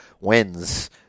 wins